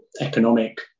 economic